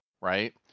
right